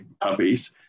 puppies